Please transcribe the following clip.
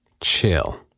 Chill